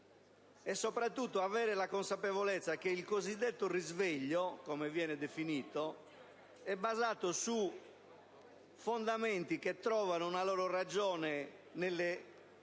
e soprattutto la consapevolezza che il cosiddetto risveglio - come viene definito - è basato su presupposti che trovano una loro ragione in